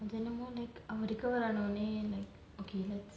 and then no more like அவன்:avan recover ஆனோனே:aanonae like okay let's